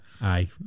Aye